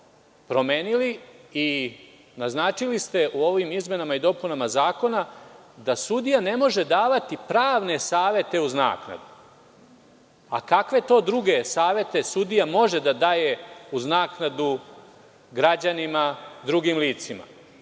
promenili i naznačili ste u ovim izmenama i dopunama zakona da sudija ne može davati pravne savete uz naknadu. A kakve to druge savete sudija može da daje uz naknadu građanima, drugim licima? Zbog